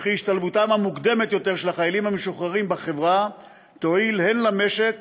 וכי השתלבותם המוקדמת יותר של החיילים המשוחררים בחברה תועיל הן למשק